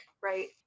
right